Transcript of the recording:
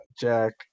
Jack